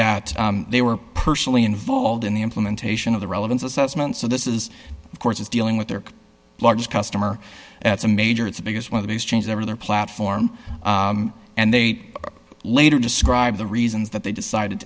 that they were personally involved in the implementation of the relevance assessment so this is of course is dealing with their largest customer that's a major it's the biggest one of these changes over their platform and they later describe the reasons that they decided